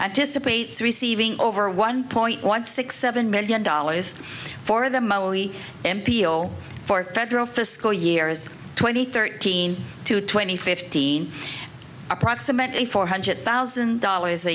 anticipates receiving over one point one six seven million dollars for them only m p o for federal fiscal years twenty thirteen to twenty fifteen approximately four hundred thousand dollars a